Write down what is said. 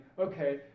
okay